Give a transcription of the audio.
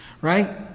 Right